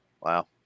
wow